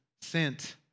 sent